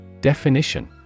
Definition